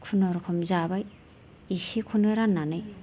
खुनुरुखम जाबाय एसेखौनो राननानै